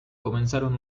comenzaron